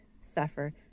suffer